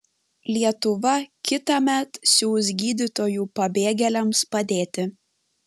lietuva kitąmet siųs gydytojų pabėgėliams padėti